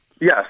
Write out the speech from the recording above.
Yes